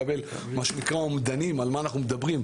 לקבל אומדנים על מה אנחנו מדברים,